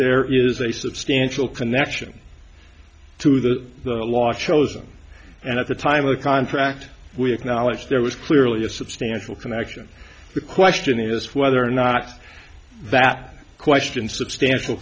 there is a substantial connection to the law chosen and at the time of the contract we acknowledge there was clearly a substantial connection the question is whether or not that question substantial